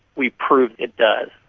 we proved it does.